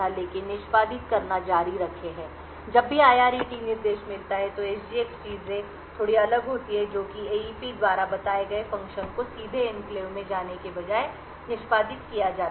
लेकिन निष्पादित करना जारी रखें है जब भी IRET निर्देश मिलता है तो SGX चीजें थोड़ी अलग होती हैं जो कि एईपी द्वारा बताए गए फ़ंक्शन को सीधे एनक्लेव में जाने के बजाय निष्पादित किया जाता है